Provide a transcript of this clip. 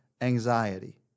anxiety